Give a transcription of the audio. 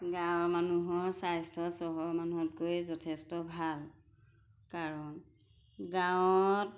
গাঁৱৰ মানুহৰ স্বাস্থ্য চহৰৰ মানুহতকৈ যথেষ্ট ভাল কাৰণ গাঁৱত